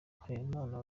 harerimana